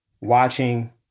watching